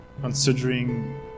considering